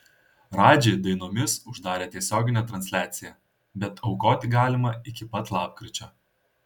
radži dainomis uždarė tiesioginę transliaciją bet aukoti galima iki pat lapkričio